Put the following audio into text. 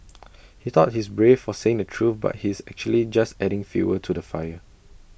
he thought he's brave for saying the truth but he's actually just adding fuel to the fire